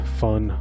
fun